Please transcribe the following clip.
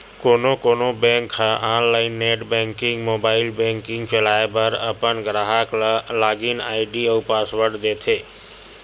कोनो कोनो बेंक ह online net banking, mobile banking चलाए बर अपन गराहक ल लॉगिन आईडी अउ पासवर्ड देथे